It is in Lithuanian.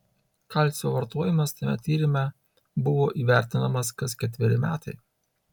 kalcio vartojimas tame tyrime buvo įvertinamas kas ketveri metai